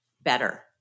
better